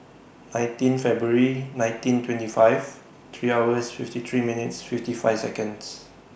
nineteen February nineteen twenty five three hours fifty three minutes fifty five Seconds